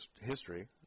history